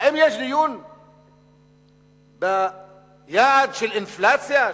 האם יש דיון ביעד של האינפלציה?